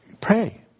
pray